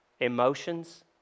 Emotions